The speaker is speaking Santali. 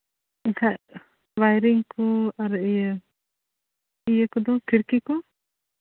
ᱢᱮᱱᱠᱷᱟᱱ ᱟᱨ ᱤᱭᱟᱹ ᱤᱭᱟᱹ ᱠᱚᱫᱚ ᱠᱷᱤᱲᱠᱤ ᱠᱚ